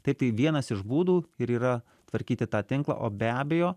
taip tai vienas iš būdų ir yra tvarkyti tą tinklą o be abejo